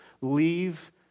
leave